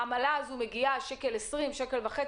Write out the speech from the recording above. העמלה הזאת מגיעה ל-1.20 או 1.50,